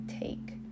take